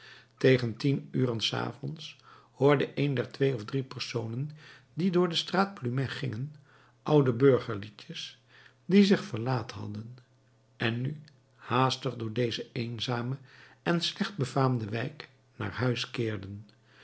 tegen tien uren s avonds hoorde een der twee of drie personen die door de straat plumet gingen oude burgerluidjes die zich verlaat hadden en nu haastig door deze eenzame en slecht befaamde wijk naar huis keerden